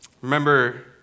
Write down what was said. Remember